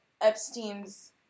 Epstein's